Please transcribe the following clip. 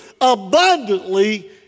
abundantly